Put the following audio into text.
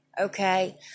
okay